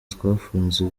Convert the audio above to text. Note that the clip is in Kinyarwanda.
twafunze